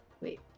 wait